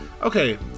Okay